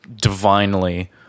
divinely